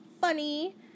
funny